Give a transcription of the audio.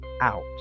out